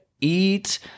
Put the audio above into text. eat